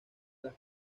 las